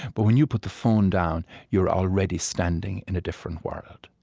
but when you put the phone down, you are already standing in a different world,